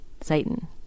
Satan